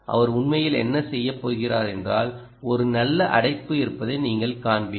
அவர் உண்மையில் என்ன செய்யப் போகிறார் என்றால் ஒரு நல்ல அடைப்பு இருப்பதை நீங்கள் காண்பீர்கள்